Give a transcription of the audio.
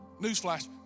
Newsflash